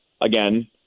again